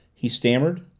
he stammered.